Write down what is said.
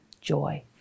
joy